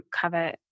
cover